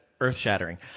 earth-shattering